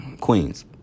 Queens